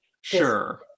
Sure